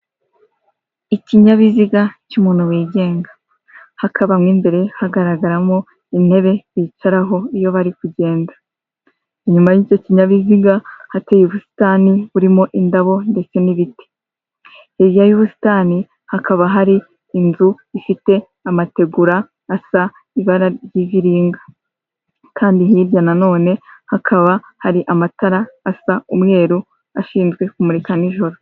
Ikinyabiziga cy'umuntu wigenga, hakaba mo imbere hagaragaramo intebe bicaraho iyo bari kugenda, inyuma y'icyo kinyabiziga hateye ubusitani burimo indabo ndetse n'ibiti, hirya y'ubusitani hakaba hari inzu ifite amategura asa ibara ry'ibiringa, kandi hirya nanone hakaba hari amatara asa umweru ashinzwe kumurika nijoro.